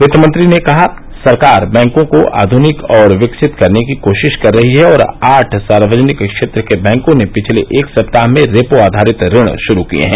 वित्त मंत्री ने कहा सरकार बैंकों को आध्निक और विकसित करने की कोशिश कर रही है और आठ सार्वजनिक क्षेत्र के बैंको ने पिछले एक सप्ताह में रेपो आधारित ऋण शुरू किए हैं